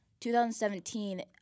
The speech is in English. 2017